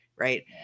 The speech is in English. right